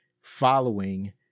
following